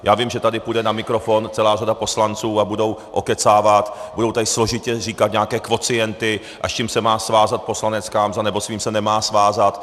Já vím, že tady půjde na mikrofon celá řada poslanců a budou okecávat, budou tady složitě říkat nějaké kvocienty, a s čím se má svázat poslanecká mzda nebo s čím se nemá svázat.